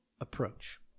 approach